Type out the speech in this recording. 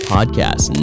Podcast